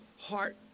heart